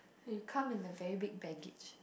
when you come in a very big baggage